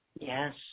Yes